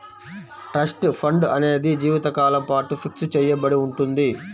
trust fund అనేది జీవితకాలం పాటు ఫిక్స్ చెయ్యబడి ఉంటుంది